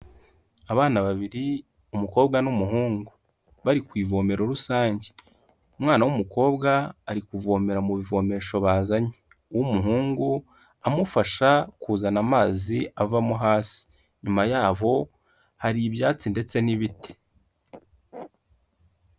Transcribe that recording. Abana babiri, umukobwa n'umuhungu, bari ku ivomero rusange, umwana w'umukobwa ari kuvomera mu bivomesho bazanye, uw'umuhungu amufasha kuzana amazi avamo hasi, inyuma yabo hari ibyatsi ndetse n'ibiti.